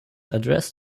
address